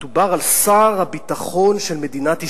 מדובר על שר הביטחון של מדינת ישראל,